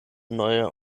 neue